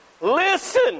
Listen